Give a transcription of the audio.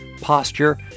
posture